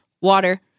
water